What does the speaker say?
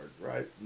right